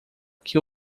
que